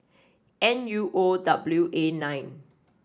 N U O W A nine